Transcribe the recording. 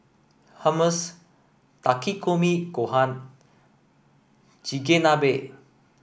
Hummus Takikomi Gohan Chigenabe